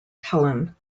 helen